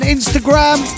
Instagram